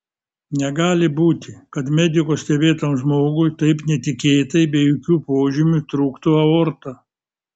negali būti kad medikų stebėtam žmogui taip netikėtai be jokių požymių trūktų aorta